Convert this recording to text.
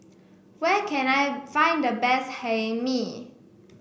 where can I find the best Hae Mee